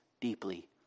deeply